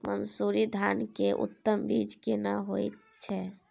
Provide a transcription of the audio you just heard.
मन्सूरी धान के उन्नत बीज केना होयत छै?